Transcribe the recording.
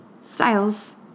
Styles